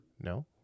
No